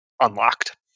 unlocked